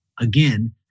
Again